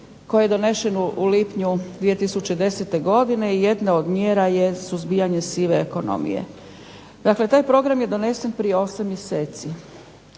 koji je donesen u lipnju 2010. godine i jedna od mjera je suzbijanje sive ekonomije. Dakle taj program je donesen prije 8 mjeseci.